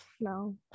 no